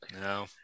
No